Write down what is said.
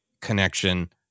connection